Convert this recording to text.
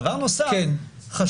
דבר נוסף חשוב